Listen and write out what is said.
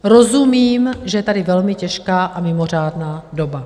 Rozumím, že je tady velmi těžká a mimořádná doba.